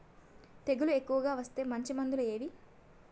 తెగులు ఎక్కువగా వస్తే మంచి మందులు ఏవి?